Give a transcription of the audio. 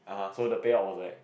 so the payout was like